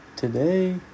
Today